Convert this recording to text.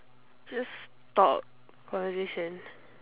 just talk conversation